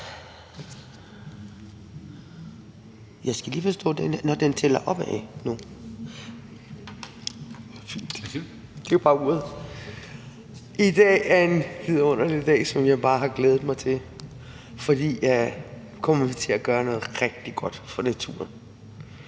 Jeg skal lige forstå uret – nå, det tæller opad nu. I dag er en vidunderlig dag, som jeg bare har glædet mig til, fordi vi kommer til at gøre noget rigtig godt for naturen.